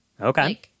Okay